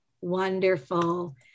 Wonderful